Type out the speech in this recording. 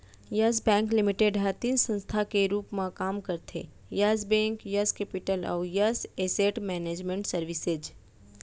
yes bank limited ह तीन संस्था के रूप म काम करथे यस बेंक, यस केपिटल अउ यस एसेट मैनेजमेंट सरविसेज